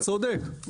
אתה צודק.